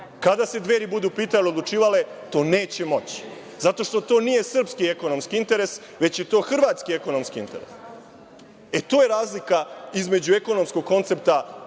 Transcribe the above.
Kada se Dveri budu pitale i odlučivale to neće moći. Zato što to nije srpski ekonomski interes, već je to hrvatski ekonomski interes. To je razlika između ekonomskog koncepta